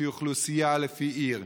לפי אוכלוסייה, לפי עיר.